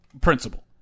principle